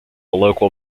local